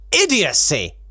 idiocy